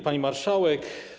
Pani Marszałek!